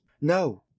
No